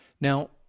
now